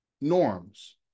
norms